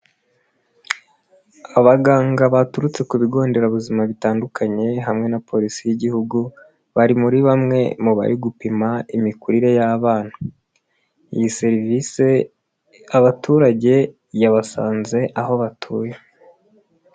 Abaganga baturutse ku bigo nderabuzima bitandukanye hamwe na Polisi y'Igihugu bari muri bamwe mu bari gupima imikurire y'abana, iyi serivisi abaturage yabasanze aho batuye.